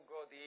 God